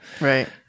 Right